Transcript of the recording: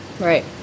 Right